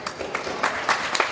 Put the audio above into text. Hvala,